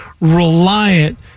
reliant